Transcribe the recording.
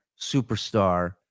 superstar